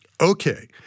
Okay